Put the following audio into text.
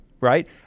right